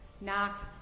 knock